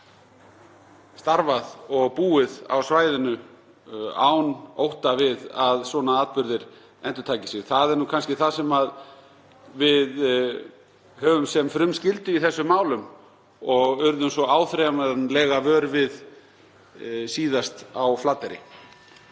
geti starfað og búið á svæðinu án ótta við að svona atburðir endurtaki sig. Það er nú kannski það sem við höfum sem frumskyldu í þessum málum og urðum svo áþreifanlega vör við síðast á Flateyri.